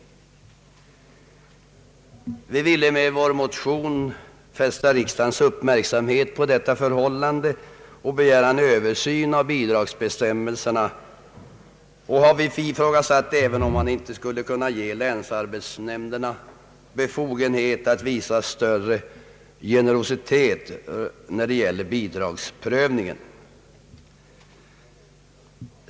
Vi ville med vår motion fästa riksdagens uppmärksamhet på detta förhållande och begära en översyn av bidragsbestämmelserna. Vi «ifrågasatte även om man inte skulle kunna ge länsarbetsnämnderna befogenhet att visa större generositet när det gäller bidragsprövningen.